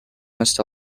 must